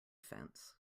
fence